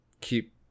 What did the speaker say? keep